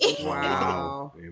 Wow